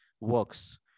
works